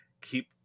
keep